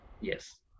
Yes